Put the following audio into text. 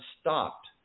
stopped